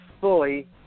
fully